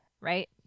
Right